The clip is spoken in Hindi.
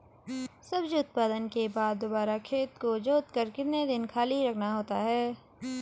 सब्जी उत्पादन के बाद दोबारा खेत को जोतकर कितने दिन खाली रखना होता है?